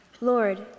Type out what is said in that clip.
Lord